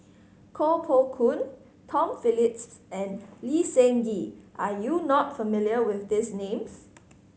Koh Poh Koon Tom Phillips and Lee Seng Gee are you not familiar with these names